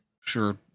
sure